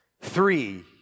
Three